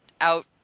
out